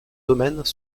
domaines